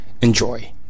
enjoy